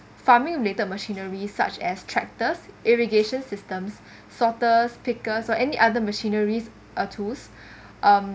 farming related machinery such as tractor irrigation systems sorter picker or any other machineries uh tools um